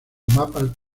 mapas